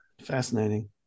Fascinating